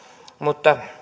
mutta